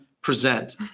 Present